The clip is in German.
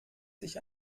sich